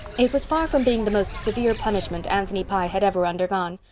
it was far from being the most severe punishment anthony pye had ever undergone.